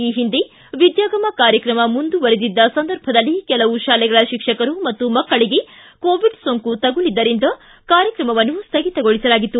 ಈ ಹಿಂದೆ ವಿದ್ಯಾಗಮ ಕಾರ್ಯತ್ರಮ ಮುಂದುವರಿದಿದ್ದ ಸಂದರ್ಭದಲ್ಲಿ ಕೆಲವು ಶಾಲೆಗಳ ಶಿಕ್ಷಕರು ಮತ್ತು ಮಕ್ಕಳಗೆ ಕೋವಿಡ್ ಸೋಂಕು ತಗುಲಿದ್ದರಿಂದ ಕಾರ್ಯಕ್ರಮವನ್ನು ಸ್ಥಗಿತಗೊಳಿಸಲಾಗಿತ್ತು